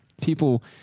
people